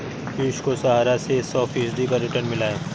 पियूष को सहारा से सौ फीसद का रिटर्न मिला है